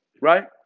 Right